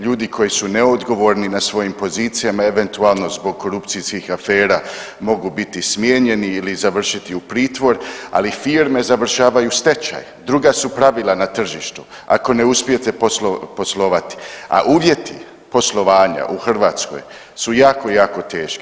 Ljudi koji su neodgovorni na svojim pozicijama i eventualno zbog korupcijskih afera mogu biti smijenjeni ili završiti u pritvor, ali firme završavaju u stečaj, druga su pravila na tržištu ako ne uspijete poslovati, a uvjeti poslovanja u Hrvatskoj su jako jako teški.